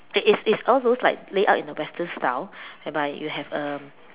it's it's it's all those laid out in the Western style whereby you have a